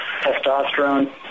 testosterone